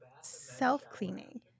self-cleaning